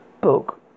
book